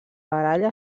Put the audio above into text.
baralla